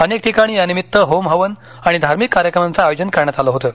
अनेक ठिकाणी यानिमित्त होम हवन आणि धार्मिक कार्यक्रमांचं आयोजन करण्यात आलं होतं